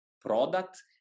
product